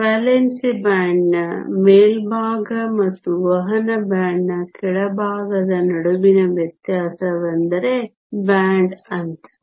valency ಬ್ಯಾಂಡ್ನ ಮೇಲ್ಭಾಗ ಮತ್ತು ವಹನ ಬ್ಯಾಂಡ್ನ ಕೆಳಭಾಗದ ನಡುವಿನ ವ್ಯತ್ಯಾಸವೆಂದರೆ ಬ್ಯಾಂಡ್ ಅಂತರ